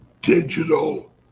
digital